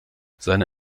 seine